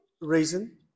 reason